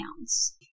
pounds